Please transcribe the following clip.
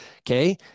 Okay